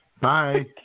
Bye